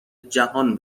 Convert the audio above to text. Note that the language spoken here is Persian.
جهان